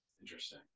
Interesting